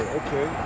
okay